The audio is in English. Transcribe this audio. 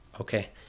Okay